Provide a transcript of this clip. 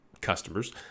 customers